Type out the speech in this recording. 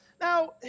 Now